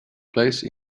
place